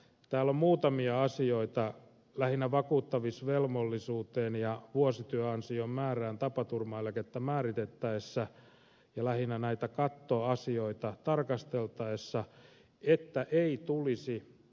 täällä on muutamia asioita jotka tulisi ottaa huomioon liittyen lähinnä vakuuttamisvelvollisuuteen ja vuosityöansion määrään tapaturmaeläkettä määritettäessä ja lähinnä näitä kattoasioita tarkasteltaessa että ei tulisi huononnusta vakuutusturvaan